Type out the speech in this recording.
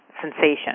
sensation